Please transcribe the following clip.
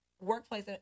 workplace